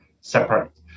separate